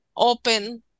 open